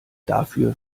dafür